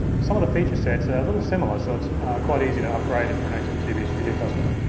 some of the feature sets a little similar so it's quite easy to upgrade if you're an atem tv studio customer.